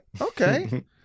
okay